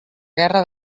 guerra